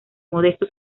modesto